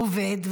עובד,